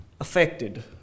affected